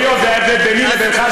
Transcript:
היות שההבדל ביני לבינך,